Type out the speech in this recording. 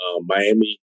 Miami